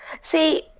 See